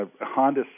Honda